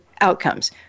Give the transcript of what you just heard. outcomes